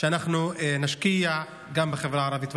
שאנחנו נשקיע בחברה הערבית.